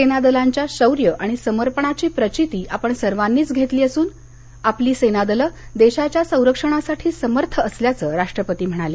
सेना दलांच्या शौर्य आणि समर्पणाची प्रचीती आपण सर्वांनीच घेतली असून आपली सेना दलं देशाच्या संरक्षणासाठी समर्थ असल्याचं राष्ट्रपती म्हणाले